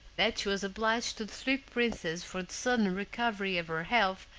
that she was obliged to the three princes for the sudden recovery of her health,